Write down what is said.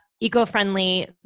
eco-friendly